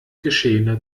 geschehene